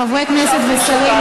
חברי כנסת ושרים,